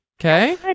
Okay